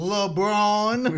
LeBron